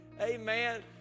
Amen